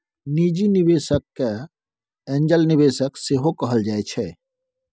निजी निबेशक केँ एंजल निबेशक सेहो कहल जाइ छै